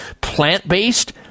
plant-based